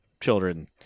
children